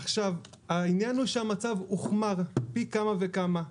העניין הוא שהמצב הוחמר פי כמה וכמה.